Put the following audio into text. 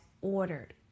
ordered